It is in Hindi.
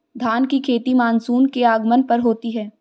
धान की खेती मानसून के आगमन पर होती है